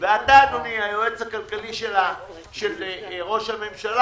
ואתה אדוני היועץ הכלכלי של ראש הממשלה,